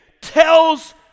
tells